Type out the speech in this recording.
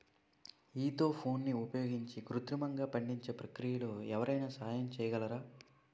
ఈథెఫోన్ని ఉపయోగించి కృత్రిమంగా పండించే ప్రక్రియలో ఎవరైనా సహాయం చేయగలరా?